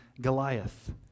Goliath